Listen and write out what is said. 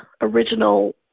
original